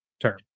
term